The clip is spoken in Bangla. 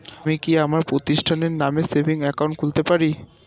আমি কি আমার প্রতিষ্ঠানের নামে সেভিংস একাউন্ট খুলতে পারি?